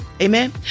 Amen